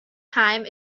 time